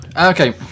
Okay